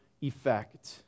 effect